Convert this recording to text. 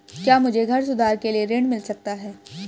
क्या मुझे घर सुधार के लिए ऋण मिल सकता है?